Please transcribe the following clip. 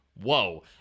whoa